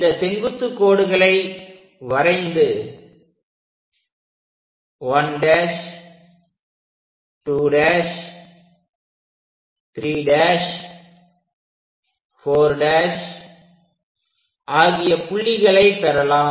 இந்த செங்குத்து கோடுகளை வரைந்து 1' 2' 3' 4' ஆகிய புள்ளிகளை பெறலாம்